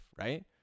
right